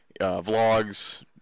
vlogs